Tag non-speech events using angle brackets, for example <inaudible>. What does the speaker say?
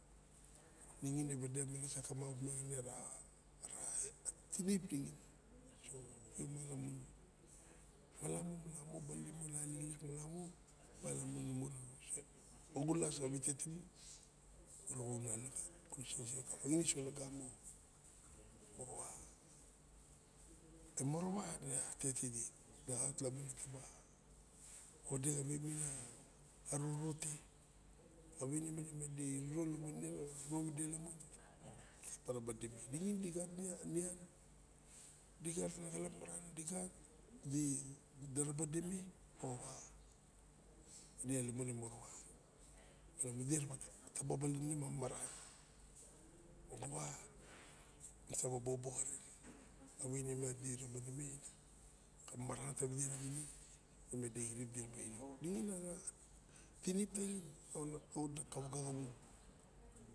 <unintelligible> ningin e wad opiang na sa kamap opiang ara tinip. Oi malamun <noise> moxowa morowa in a tet tide <unintelligible> nabuka wade xawe awiniro te <unintelligible> ningin digat nian digat ana xalap maran ne ga rabe teme <hesitation> in a lumon e morowa na taba obalin ide ma maran moxowa nataba bobo xaren <unintelligible>